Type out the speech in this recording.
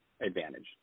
advantage